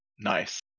Nice